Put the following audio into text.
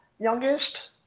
youngest